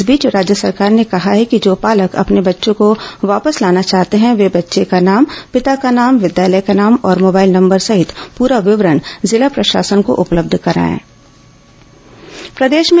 इस बीच राज्य सरकार ने कहा है कि जो पालक अपने बच्चे को वापस लाना चाहते हैं वे बच्चे का नाम पिता का नाम विद्यालय का नाम और मोबाइल नंबर सहित पूरा विवरण जिला प्रशासन को उपलब्ध कराएं